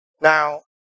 Now